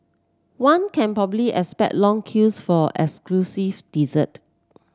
one can probably expect long queues for exclusive dessert